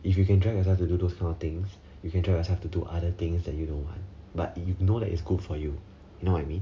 if you can drag yourself to do those kind of things you can tell yourself to do other things that you don't want but you know that it's good for you know what I mean